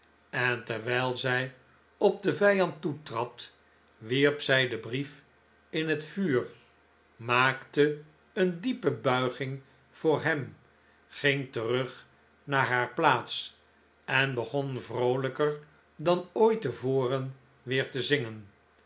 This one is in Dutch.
en terwijl zij op den vijand toetrad wierp zij den brief in het vuur maakte een diepe buiging voor hem ging terug naar haar plaats en begon vroolijker dan ooit te voren weer te zingen